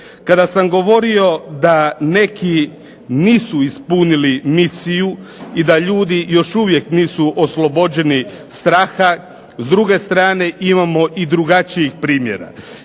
Kada sam govorio da neki nisu ispunili misiju i da ljudi još uvijek nisu oslobođeni straha s druge strane imamo i drugačijih primjera.